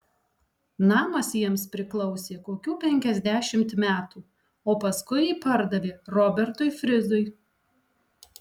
namas jiems priklausė kokių penkiasdešimt metų o paskui jį pardavė robertui frizui